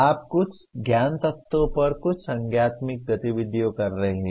आप कुछ ज्ञान तत्वों पर कुछ संज्ञानात्मक गतिविधि कर रहे हैं